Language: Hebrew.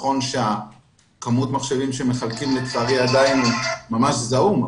נכון שכמות המחשבים שהיא מחלקת לצערי עדיין ממש זעומה,